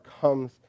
comes